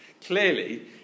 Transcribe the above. clearly